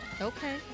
okay